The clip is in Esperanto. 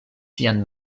sian